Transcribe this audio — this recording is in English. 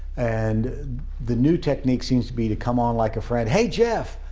and the new technique seems to be, to come on like a friend, hey, jeff,